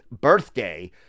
birthday